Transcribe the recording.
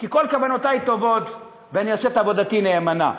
כי כל כוונותי טובות ואני עושה את עבודתי נאמנה.